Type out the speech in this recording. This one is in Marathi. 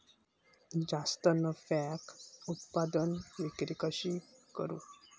जास्त नफ्याक उत्पादन विक्री कशी करू?